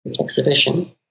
exhibition